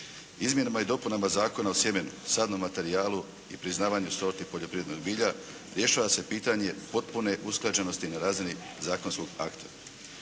Izmjenama i dopunama Zakona o sjemenu, sadnom materijalu i priznavanju sorti poljoprivrednog bilja rješava se pitanje potpune usklađenosti na razini zakonskog akta.